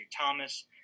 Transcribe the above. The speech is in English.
Thomas